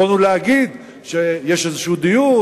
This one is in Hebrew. יכולנו להגיד שיש איזה דיון,